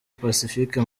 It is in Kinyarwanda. pacifique